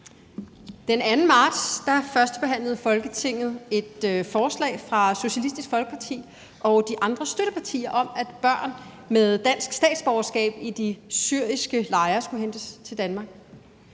Den 2. marts førstebehandlede Folketinget et forslag fra Socialistisk Folkeparti og de andre støttepartier om, at børn med dansk statsborgerskab i de syriske lejre skulle hentes til Danmark.